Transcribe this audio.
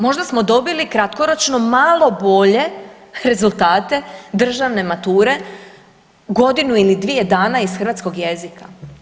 Možda smo dobili kratkoročno malo bolje rezultate državne mature godinu ili dvije dana iz hrvatskog jezika.